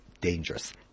dangerous